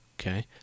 Okay